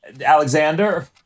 Alexander